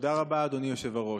תודה רבה, אדוני היושב-ראש.